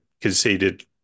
conceded